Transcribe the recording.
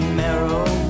marrow